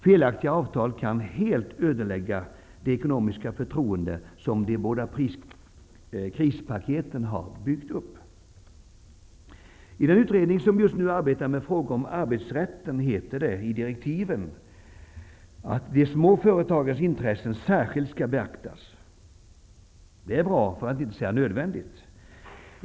Felaktiga avtal kan helt ödelägga det ekonomiska förtroende som de båda krispaketen har byggt upp. I den utredning som just nu arbetar med frågor om arbetsrätten heter det i direktiven att de små företagens intressen särskilt skall beaktas. Det är bra, för att inte säga nödvändigt.